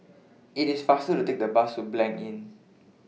IT IS faster to Take The Bus to Blanc Inn